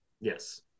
Yes